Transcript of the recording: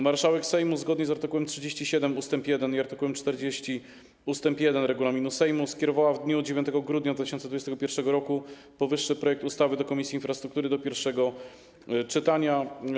Marszałek Sejmu, zgodnie z art. 37 ust. 1 i art. 40 ust. 1 regulaminu Sejmu, skierowała w dniu 9 grudnia 2021 r. powyższy projekt ustawy do Komisji Infrastruktury do pierwszego czytania.